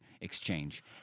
exchange